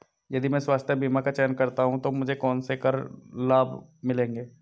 यदि मैं स्वास्थ्य बीमा का चयन करता हूँ तो मुझे कौन से कर लाभ मिलेंगे?